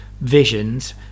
visions